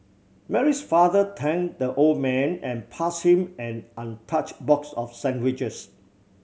Mary's father thanked the old man and pass him an untouched box of sandwiches